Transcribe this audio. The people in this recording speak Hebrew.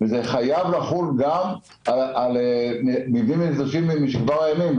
אני חושב שזה חייב לחול גם על מבנים נטושים משכבר הימים,